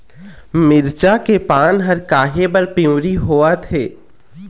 मिरचा के पान हर काहे बर पिवरी होवथे?